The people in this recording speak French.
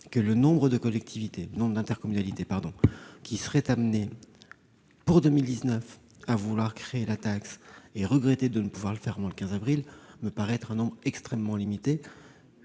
le nombre d'intercommunalités qui seraient amenées, pour 2019, à vouloir créer la taxe et à regretter de ne pouvoir le faire avant le 15 avril me paraît limité.